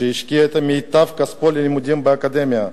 שהשקיע את מיטב כספו בלימודים באקדמיה,